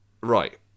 Right